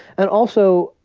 and also,